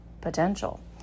potential